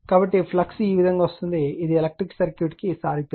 కాబట్టి ఫ్లక్స్ ఈ విధంగా వస్తుంది ఇది ఎలక్ట్రిక్ సర్క్యూట్కు సారూప్యత